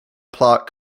plot